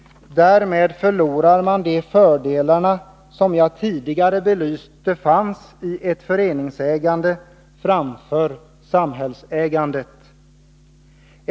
Därmed förlorar man de fördelar som jag tidigare belyste fanns i ett föreningsägande framför samhällsägandet.